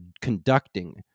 conducting